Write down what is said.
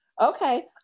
Okay